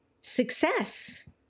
success